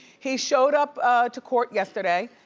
he showed up to court yesterday.